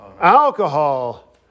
Alcohol